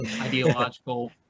ideological